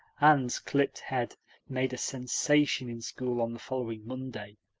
anne's clipped head made a sensation in school on the following monday,